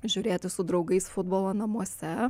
žiūrėti su draugais futbolą namuose